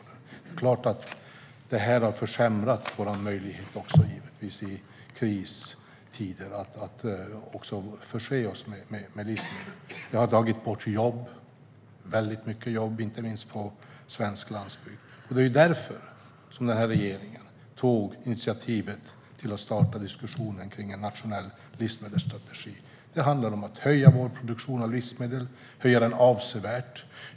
Det är klart att detta har försämrat våra möjligheter att i kristider förse oss med livsmedel. Det har gjort att många jobb har försvunnit, inte minst på svensk landsbygd. Det är därför som denna regering tog initiativet till att starta diskussionen om en nationell livsmedelsstrategi. Det handlar om att avsevärt öka vår produktion av livsmedel.